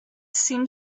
seemed